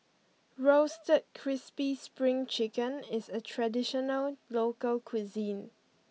Roasted Crispy Spring Chicken is a traditional local cuisine